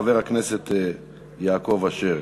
חבר הכנסת יעקב אשר.